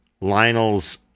lionel's